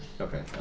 Okay